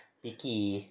picky